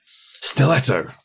Stiletto